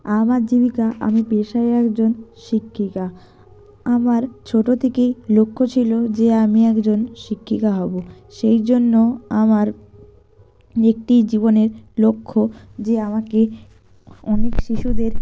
আমার জীবিকা আমি পেশায় একজন শিক্ষিকা আমার ছোটো থেকেই লক্ষ্য ছিল যে আমি একজন শিক্ষিকা হব সেই জন্য আমার একটি জীবনের লক্ষ্য যে আমাকে অনেক শিশুদের